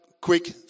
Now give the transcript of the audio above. quick